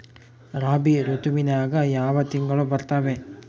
ರಾಬಿ ಋತುವಿನ್ಯಾಗ ಯಾವ ತಿಂಗಳು ಬರ್ತಾವೆ?